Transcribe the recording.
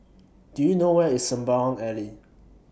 Do YOU know Where IS Sembawang Alley